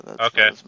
Okay